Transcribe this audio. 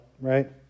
right